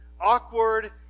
awkward